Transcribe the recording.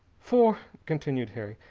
for, continued harry,